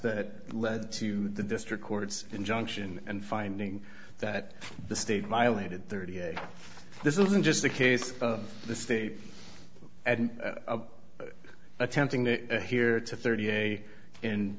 that led to the district court's injunction and finding that the state violated thirty eight this isn't just a case of the state attempting to here to thirty day in